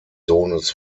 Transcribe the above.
sohnes